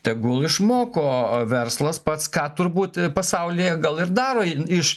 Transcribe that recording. tegul išmoko verslas pats ką turbūt pasaulyje gal ir daro i iš